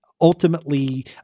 ultimately